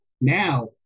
now